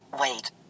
Wait